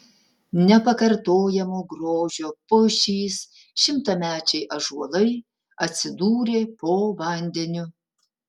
nepakartojamo grožio pušys šimtamečiai ąžuolai atsidūrė po vandeniu